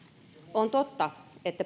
on totta että